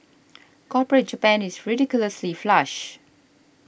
corporate Japan is ridiculously flush